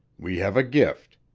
we have a gift.